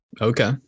Okay